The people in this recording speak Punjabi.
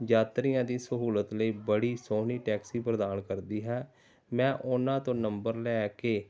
ਯਾਤਰੀਆਂ ਦੀ ਸਹੂਲਤ ਲਈ ਬੜੀ ਸੋਹਣੀ ਟੈਕਸੀ ਪ੍ਰਦਾਨ ਕਰਦੀ ਹੈ ਮੈਂ ਉਹਨਾਂ ਤੋਂ ਨੰਬਰ ਲੈ ਕੇ